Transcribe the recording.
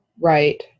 right